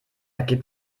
gibt